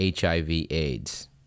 HIV-AIDS